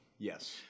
Yes